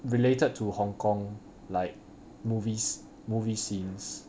related to hong kong like movies movie scenes